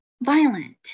violent